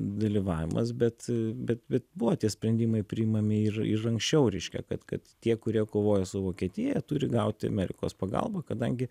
dalyvavimas bet bet bet buvo tie sprendimai priimami ir ir anksčiau reiškia kad kad tie kurie kovoja su vokietija turi gauti amerikos pagalbą kadangi